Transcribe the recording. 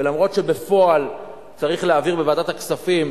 ולמרות שבפועל צריך להעביר בוועדת הכספים,